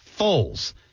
Foles